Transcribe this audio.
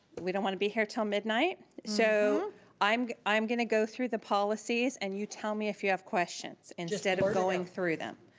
we don't want to be here till midnight. so i'm i'm gonna go through the policies and you tell me if you have questions, instead of going through them.